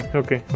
okay